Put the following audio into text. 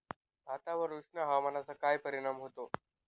भातावर उष्ण हवामानाचा काय परिणाम होतो?